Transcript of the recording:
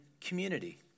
community